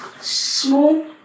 Small